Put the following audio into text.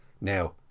Now